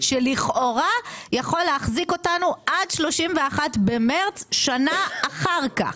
שלכאורה יכול להחזיק אותנו עד 31 במרץ שנה אחר כך.